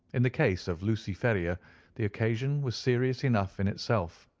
in the case of lucy ferrier the occasion was serious enough in itself,